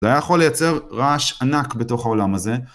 זה היה יכול לייצר רעש ענק בתוך העולם הזה.